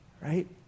right